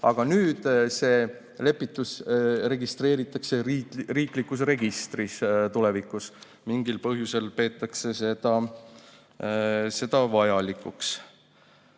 aga nüüd see lepitus registreeritakse riiklikus registris, tulevikus, mingil põhjusel peetakse seda vajalikuks.